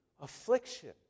affliction